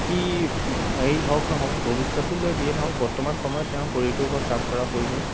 কি হেৰি হওক নহওক ভৱিষ্যতলৈ যিয়ে নহওক বৰ্তমান সময়ত তেওঁ শৰীৰটোৰ ওপৰত কাম কৰা প্ৰয়োজনীয়